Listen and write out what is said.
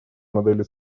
модели